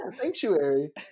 sanctuary